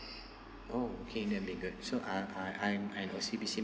oh okay that'll be good so I I I'm I'm O_C_B_C